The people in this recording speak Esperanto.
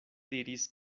diris